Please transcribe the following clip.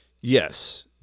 yes